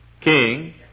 king